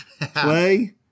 play